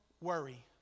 worry